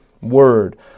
Word